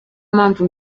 mpamvu